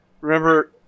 Remember